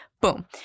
boom